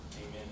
Amen